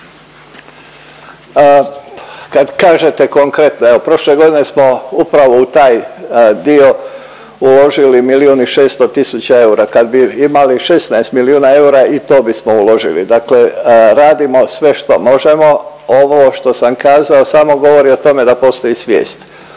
Kad kažete konkretno, evo prošle godine smo upravo u taj dio uložili milijun i 600 tisuća eura. Kad bi imali 16 milijuna eura i to bismo uložili, dakle radimo sve što možemo. Ovo što sam kazao samo govori o tome da postoji svijest